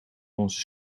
onze